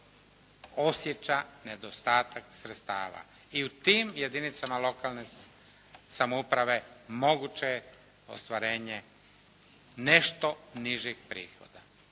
osjeća nedostatak sredstava. I u tim jedinicama lokalne samouprave moguće je ostvarenje nešto nižih prihoda.